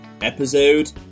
episode